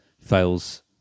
fails